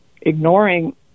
ignoring